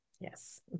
Yes